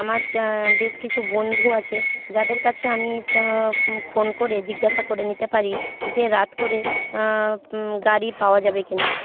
আমার বেশ কিছু বন্ধু আছে যাদের কাছে আমি ফোন করে জিজ্ঞাসা করে নিতে পারি যে রাত করে গাড়ি পাওয়া যাবে কিনা